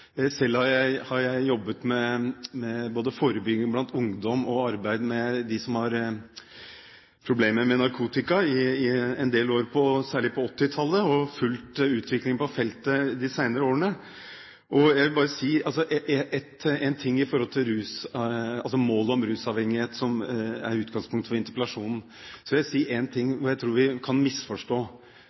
jeg jobbet både med forebygging blant ungdom og med dem som har problemer med narkotika i en del år – særlig på 1980-tallet – og fulgt utviklingen på feltet de senere årene. I forhold til målet om rusfrihet, som er utgangspunktet for interpellasjonen, vil jeg si en ting jeg tror vi kan misforstå.